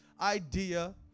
idea